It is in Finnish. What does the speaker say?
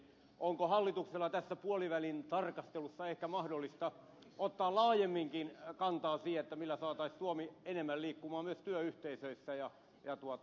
onko hallituksella tässä puolivälin tarkastelussa ehkä mahdollisuutta ottaa laajemminkin kantaa siihen millä saataisiin suomi enemmän liikkumaan myös työyhteisöissä ja työpaikoilla